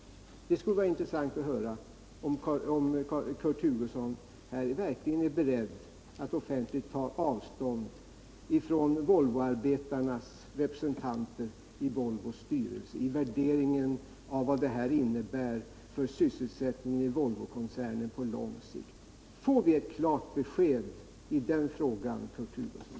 Det skulle vara intressant att höra om Kurt Hugosson verkligen är beredd att offentligt ta avstånd från Volvoarbetarnas representanteri Volvos styrelse när det gäller värderingen av vad uppgörelsen på lång sikt innebär för sysselsättningen inom Volvokoncernen. Får vi ett klart besked på den frågan, Kurt Hugosson?